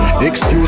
Excuse